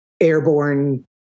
airborne